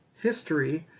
history,